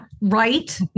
right